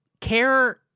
care